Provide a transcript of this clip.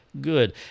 Good